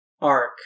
arc